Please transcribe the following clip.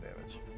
damage